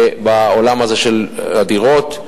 בעולם הזה של הדירות.